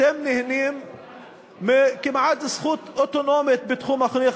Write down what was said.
אתם נהנים מזכות אוטונומית כמעט בתחום החינוך.